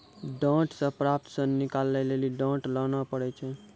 डांट से प्राप्त सन निकालै लेली डांट लाना पड़ै छै